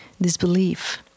disbelief